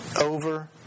over